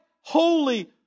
holy